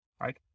right